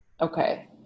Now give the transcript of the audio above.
okay